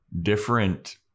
different